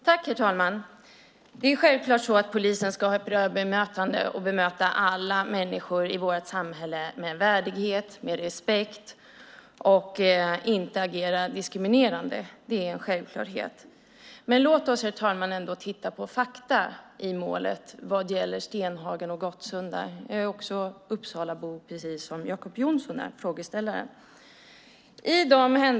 Herr talman! Självklart ska polisen ha ett bra bemötande och bemöta alla människor i vårt samhälle med värdighet, med respekt och inte agera diskriminerande. Det är en självklarhet. Låt oss, herr talman, titta på fakta i målet vad gäller Stenhagen och Gottsunda. Jag är Uppsalabo precis som frågeställaren Jacob Johnson.